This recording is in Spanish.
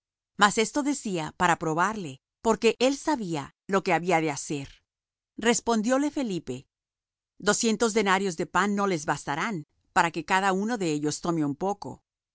mas esto decía para probarle porque él sabía lo que había de hacer respondióle felipe doscientos denarios de pan no les bastarán para que cada uno de ellos tome un poco